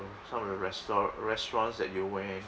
some of the restaur~ restaurants that you went